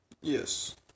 Yes